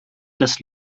dass